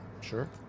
Sure